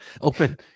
open